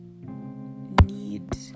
need